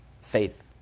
faith